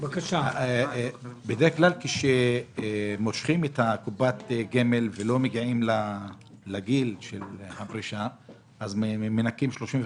בדרך כלל כשמושכים את קופת הגמל ולא מגיעים לגיל הפרישה אז מנכים 35%.